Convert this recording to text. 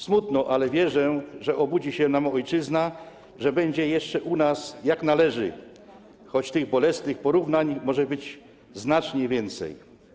Smutno, ale wierzę, że obudzi się nam ojczyzna, że będzie jeszcze u nas, jak należy, choć tych bolesnych porównań może być znacznie więcej.